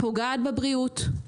פוגעת בבריאות,